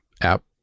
app